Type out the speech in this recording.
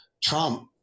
Trump